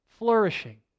Flourishing